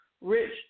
Rich